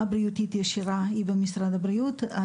בריאותית ישירה היא במשרד הבריאות,